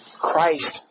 Christ